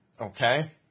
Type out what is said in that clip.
okay